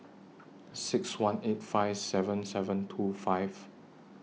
six one eight five seven seven two five